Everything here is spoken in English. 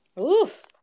Oof